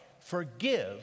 forgive